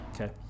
okay